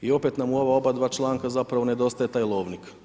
I opet nam u ova obadva članka zapravo nedostaje taj lovnik.